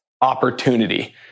opportunity